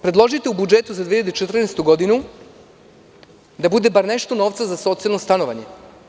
Predložite u budžetu za 2014. godinu da bude bar nešto novca za socijalno stanovanje.